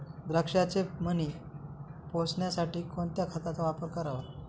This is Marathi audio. द्राक्षाचे मणी पोसण्यासाठी कोणत्या खताचा वापर करावा?